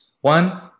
One